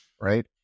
right